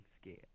scared